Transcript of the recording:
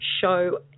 show